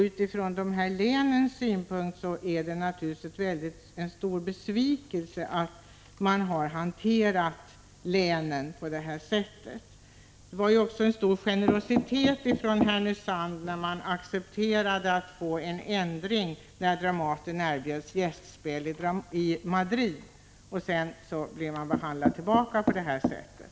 Utifrån dessa läns synpunkt är det naturligtvis en stor besvikelse att Dramaten hanterat länen på det här sättet. Det visar också på stor generositet från Härnösand när man accepterade att få en ändring, då Dramaten erbjöds gästspelning i Madrid, och sedan blev man behandlad tillbaka på det här sättet.